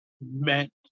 meant